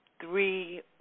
three